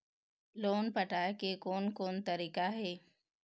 Loan पटाए के कोन कोन तरीका हे?